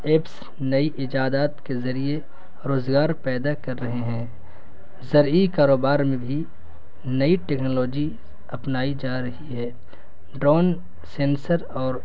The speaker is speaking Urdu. ایپس نئی ایجادات کے ذریعے روزگار پیدا کر رہے ہیں زرعی کاروبار میں بھی نئی ٹیکنالوجی اپنائی جا رہی ہے ڈرون سینسر اور